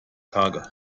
tage